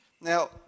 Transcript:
Now